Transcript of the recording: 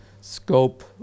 scope